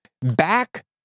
back